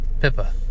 Pippa